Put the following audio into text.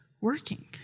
working